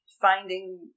finding